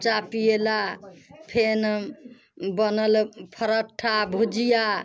चाह पीयला फेन बनल परौठा भुजिया